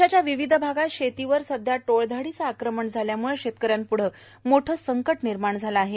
देशाच्या विविध भागात शेतीवर सध्या टोळधाडीचं आक्रमण झाल्यामुळे शेतकऱ्यांपूढं मोठं संकट निर्माण झालं आहे